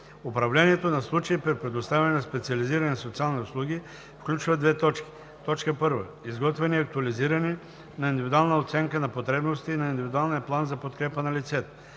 Управлението на случай при предоставяне на специализирани социални услуги включва: 1. изготвяне и актуализиране на индивидуалната оценка на потребностите и на индивидуалния план за подкрепа на лицето;